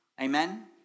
Amen